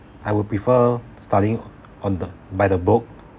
I would prefer studying on the by the book